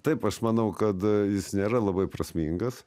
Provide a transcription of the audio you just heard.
taip aš manau kad jis nėra labai prasmingas